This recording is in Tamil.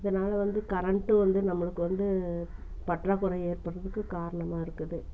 இதனால் வந்து கரண்ட்டும் வந்து நம்மளுக்கு வந்து பற்றாக்குறை ஏற்படுகிறதுக்கு காரணமாக இருக்குது